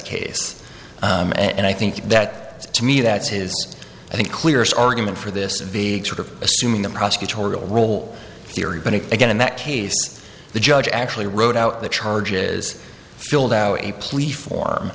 case and i think that to me that's his i think clears argument for this big sort of assuming the prosecutorial role theory but again in that case the judge actually wrote out the charge is filled out a plea form